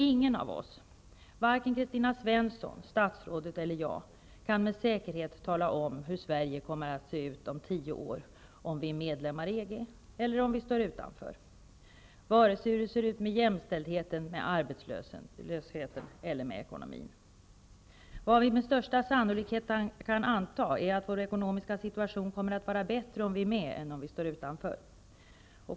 Ingen av oss, varken Kristina Svensson, statsrådet eller jag, kan med säkerhet tala om hur Sverige kommer att se ut om tio år, om vi är medlemmar i EG eller om vi står utanför -- hur det ser ut med jämställdheten, med arbetslösheten eller med ekonomin. Vad vi med största sannolikhet kan anta är att vår ekonomiska situation kommer att vara bättre om vi är med än om vi står utanför.